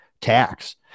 tax